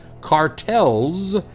cartels